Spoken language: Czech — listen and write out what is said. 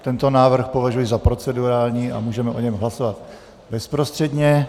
Tento návrh považuji za procedurální a můžeme o něm hlasovat bezprostředně.